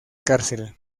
cárcel